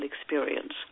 experience